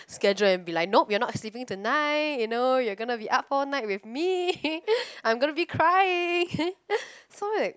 schedule and be like nope we are not sleeping tonight you know you're going to be up all night with me I'm gonna be crying so weird